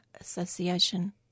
Association